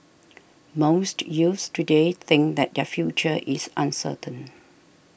most youths today think that their future is uncertain